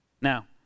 Now